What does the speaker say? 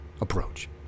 approach